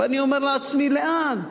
ואני אומר לעצמי: לאן?